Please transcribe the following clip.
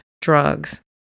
drugs